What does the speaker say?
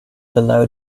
below